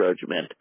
judgment